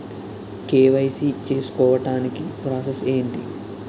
KYC చేసుకోవటానికి process ఏంటి?